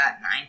nine